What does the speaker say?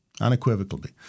unequivocally